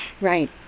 Right